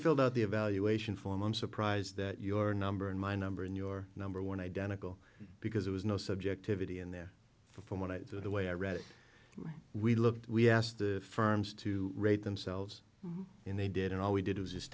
filled out the evaluation form i'm surprised that your number and my number and your number one identical because there was no subjectivity in there from what i do the way i read it we looked we asked the firms to rate themselves and they did and all we did was just